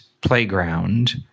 playground